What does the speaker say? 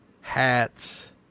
hats